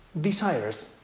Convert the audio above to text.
desires